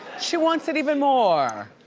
she wants it even more,